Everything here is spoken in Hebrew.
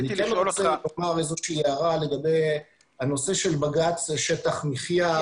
אני כן רוצה לומר הערה לגבי הנושא של בג"ץ שטח מחיה,